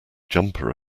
jumper